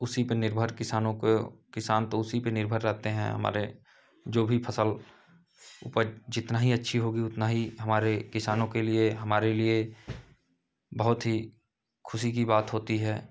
उसी पर निर्भर किसानों को किसान तो उसी पर निर्भर रहते हैं हमारे जो भी फ़सल उपज़ जितनी ही अच्छी होगी उतना ही हमारे किसानों के लिए हमारे लिए बहुत ही ख़ुशी की बात होती है